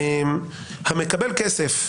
המקבל כסף,